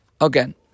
again